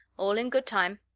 all in good time.